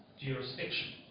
jurisdiction